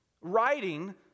writing